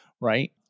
right